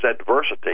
adversity